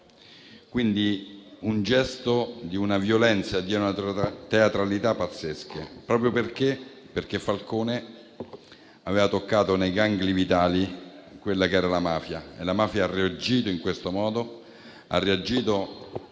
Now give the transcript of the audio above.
quindi fu un gesto di una violenza e di una teatralità pazzesche, proprio perché Falcone aveva toccato nei gangli vitali la mafia e la mafia ha reagito in questo modo,